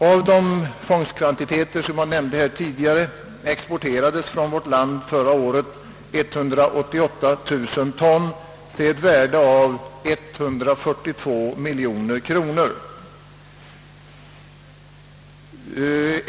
Av de fångstkvantiteter som jag nämnde tidigare exporterades från vårt land förra året 188 000 ton till ett värde av 142 miljoner kronor.